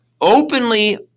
openly